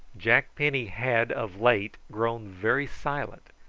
jack penny had of late grown very silent,